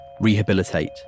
rehabilitate